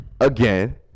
again